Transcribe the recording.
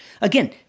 Again